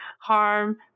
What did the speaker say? harm